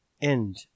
End